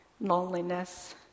loneliness